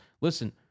listen